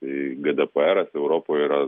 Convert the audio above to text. tai gdpras europoj yra